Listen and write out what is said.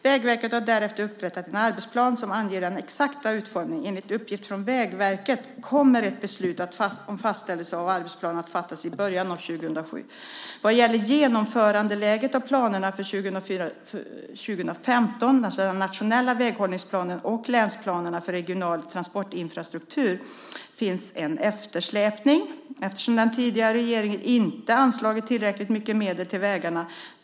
Vägverket har därefter upprättat en arbetsplan som anger den exakta utformningen. Enligt uppgift från Vägverket kommer ett beslut om fastställelse av arbetsplanen att fattas i början av 2007. Vad gäller genomförandeläget av planerna för 2004-2015 - den nationella väghållningsplanen och länsplanerna för regional transportinfrastruktur - finns en eftersläpning eftersom den tidigare regeringen inte anslagit tillräckligt mycket medel till vägarna.